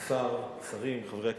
השר, השרים, חברי הכנסת,